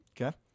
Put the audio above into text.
Okay